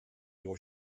your